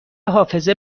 حافظه